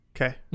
Okay